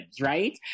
right